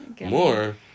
More